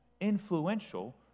influential